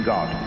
God